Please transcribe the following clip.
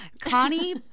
Connie